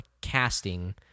casting